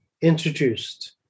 introduced